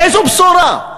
איזו בשורה?